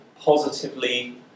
Positively